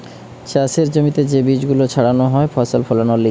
চাষের জমিতে যে বীজ গুলো ছাড়ানো হয় ফসল ফোলানোর লিগে